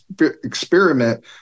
experiment